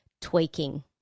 tweaking